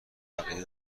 عقیده